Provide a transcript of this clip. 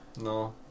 no